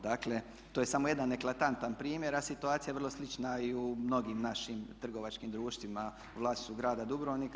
Dakle, to je samo jedan eklatantan primjer a situacija je vrlo slična i u mnogim našim trgovačkim društvima u vlasništvu grada Dubrovnika.